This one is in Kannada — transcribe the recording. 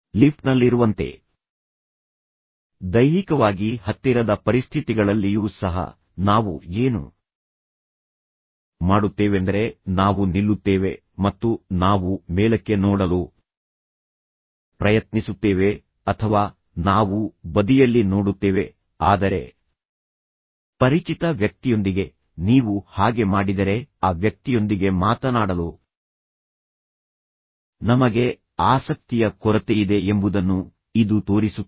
ಲಿಫ್ಟ್ನಲ್ಲಿರುವಂತೆ ದೈಹಿಕವಾಗಿ ಹತ್ತಿರದ ಪರಿಸ್ಥಿತಿಗಳಲ್ಲಿಯೂ ಸಹ ನಾವು ಏನು ಮಾಡುತ್ತೇವೆಂದರೆ ನಾವು ನಿಲ್ಲುತ್ತೇವೆ ಮತ್ತು ನಾವು ಮೇಲಕ್ಕೆ ನೋಡಲು ಪ್ರಯತ್ನಿಸುತ್ತೇವೆ ಅಥವಾ ನಾವು ಬದಿಯಲ್ಲಿ ನೋಡುತ್ತೇವೆ ಆದರೆ ಪರಿಚಿತ ವ್ಯಕ್ತಿಯೊಂದಿಗೆ ನೀವು ಹಾಗೆ ಮಾಡಿದರೆ ಆ ವ್ಯಕ್ತಿಯೊಂದಿಗೆ ಮಾತನಾಡಲು ನಮಗೆ ಆಸಕ್ತಿಯ ಕೊರತೆಯಿದೆ ಎಂಬುದನ್ನು ಇದು ತೋರಿಸುತ್ತದೆ